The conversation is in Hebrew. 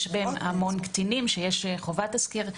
יש המון קטינים שיש חובת תסקיר לגביהם.